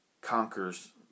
conquers